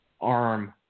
arm